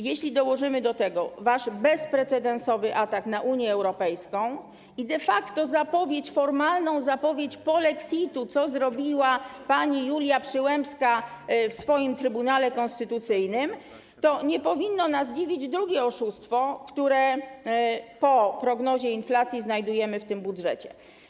Jeśli dołożymy do tego wasz bezprecedensowy atak na Unię Europejską i de facto formalną zapowiedź polexitu, co zrobiła pani Julia Przyłębska w swoim Trybunale Konstytucyjnym, to nie powinno nas dziwić drugie oszustwo, które po prognozie inflacji znajdujemy w tym budżecie.